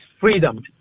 freedom